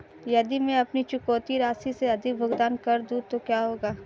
यदि मैं अपनी चुकौती राशि से अधिक भुगतान कर दूं तो क्या होगा?